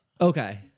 Okay